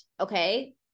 Okay